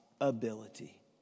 ability